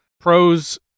pros